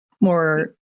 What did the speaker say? more